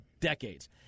decades